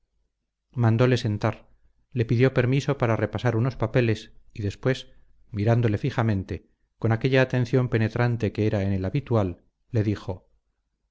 mandole sentar le pidió permiso para repasar unos papeles y después mirándole fijamente con aquella atención penetrante que era en él habitual le dijo